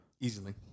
Easily